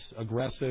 aggressive